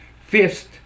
fist